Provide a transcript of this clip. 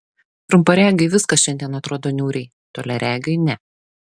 trumparegiui viskas šiandien atrodo niūriai toliaregiui ne